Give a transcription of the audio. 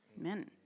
Amen